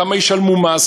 כמה ישלמו מס,